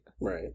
Right